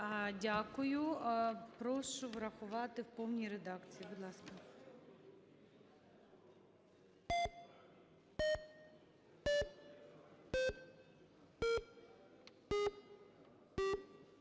Дякую. Прошу врахувати в повній редакції,